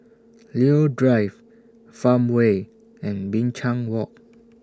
Leo Drive Farmway and Binchang Walk